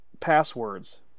Passwords